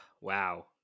Wow